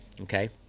Okay